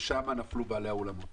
שם נפלו בעלי האולמות.